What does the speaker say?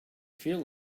feel